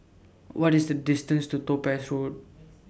What IS The distance to Topaz Road